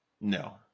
no